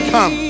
Come